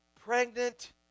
pregnant